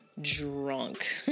drunk